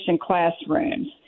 classrooms